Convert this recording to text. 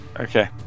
Okay